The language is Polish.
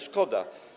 Szkoda.